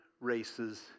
races